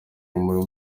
w’amaguru